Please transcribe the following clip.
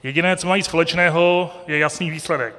Jediné, co mají společného, je jasný výsledek.